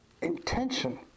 intention